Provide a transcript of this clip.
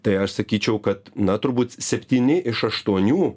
tai aš sakyčiau kad na turbūt septyni iš aštuonių